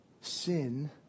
sin